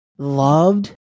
loved